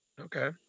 Okay